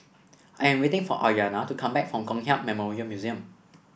I am waiting for Aryana to come back from Kong Hiap Memorial Museum